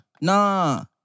nah